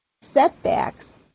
setbacks